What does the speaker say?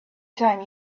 time